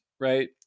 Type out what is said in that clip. right